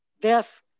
death